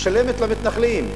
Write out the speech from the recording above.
משלמת למתנחלים,